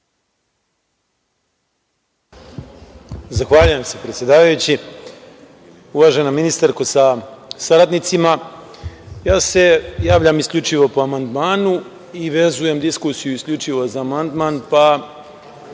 Zahvaljujem se, predsedavajući. Uvažena ministarsko sa saradnicima, ja se javljam isključivo po amandmanu i vezujem diskusiju isključivo za amandman, pa